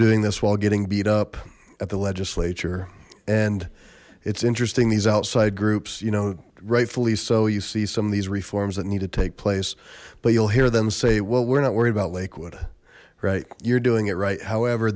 doing this while getting beat up at the legislature and it's interesting these outside groups you know rightfully so you see some of these reforms that need to take place but you'll hear them well we're not worried about lakewood right you're doing it right however